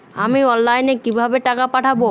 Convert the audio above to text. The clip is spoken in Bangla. আমি অনলাইনে কিভাবে টাকা পাঠাব?